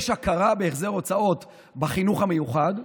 יש הכרה בהחזר הוצאות בחינוך המיוחד.